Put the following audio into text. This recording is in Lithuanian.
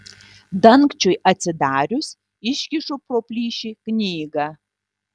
dangčiui atsidarius iškišu pro plyšį knygą